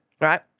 right